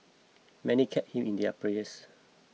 many kept him in their prayers